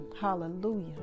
Hallelujah